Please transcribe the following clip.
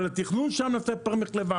אבל התכנון שם נעשה פר מחלבה,